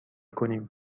کنیم